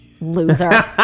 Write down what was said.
Loser